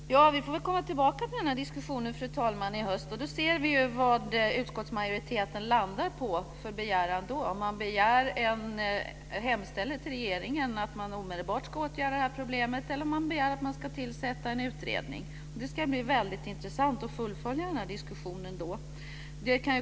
Fru talman! Vi får komma tillbaka till diskussionen i höst. Då ser vi vad utskottsmajoriteten landar på och om utskottet hemställer till regeringen att den omedelbart ska lösa problemet eller om det begär att man ska tillsätta en utredning. Det ska bli väldigt intressant att fullfölja diskussionen.